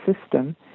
system